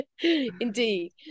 indeed